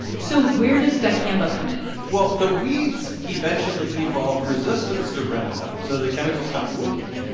so where does dicamba come in? well, the weeds eventually evolved resistance to roundup, so the chemical stopped working.